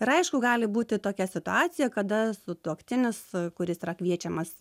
ir aišku gali būti tokia situacija kada sutuoktinis kuris yra kviečiamas